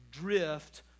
drift